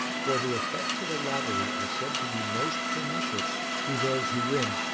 for the effects of a lottery are said to be most pernicious to those who win.